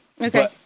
Okay